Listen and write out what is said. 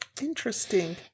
Interesting